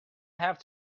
have